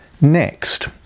next